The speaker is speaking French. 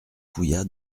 fouilla